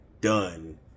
done